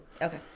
Okay